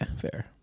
Fair